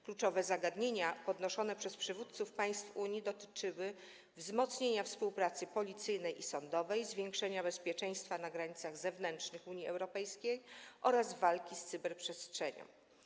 Kluczowe zagadnienia podnoszone przez przywódców państw Unii dotyczyły wzmocnienia współpracy policyjnej i sądowej, zwiększenia bezpieczeństwa na granicach zewnętrznych Unii Europejskiej oraz walki z cyberprzestępczością.